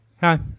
Hi